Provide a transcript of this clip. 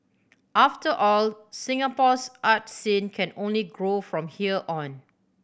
after all Singapore's art scene can only grow from here on